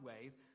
ways